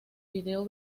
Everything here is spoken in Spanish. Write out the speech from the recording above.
vídeo